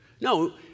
No